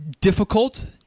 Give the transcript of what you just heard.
difficult